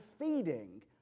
feeding